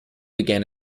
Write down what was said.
began